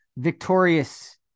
Victorious